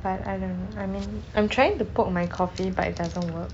but I don't I mean I'm trying to poke my coffee but it doesn't work